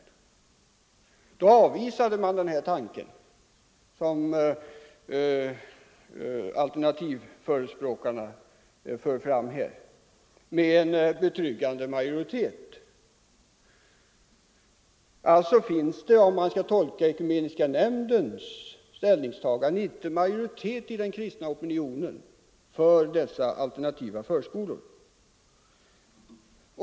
Nämnden avvisade med betryggande majoritet den tanke som alternativförespråkarna här förordar. Om man skall utgå från Ekumeniska nämndens ställningstagande finns det alltså inte majoritet i den kristna opinionen för alternativa förskolor.